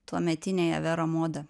tuometinėje vera moda